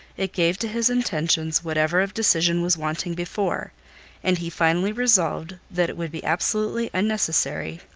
it gave to his intentions whatever of decision was wanting before and he finally resolved, that it would be absolutely unnecessary,